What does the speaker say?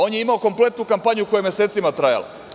On je imao kompletnu kampanju koja je mesecima trajala.